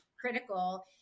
critical